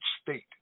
state